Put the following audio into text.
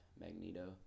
Magneto